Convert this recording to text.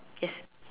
yes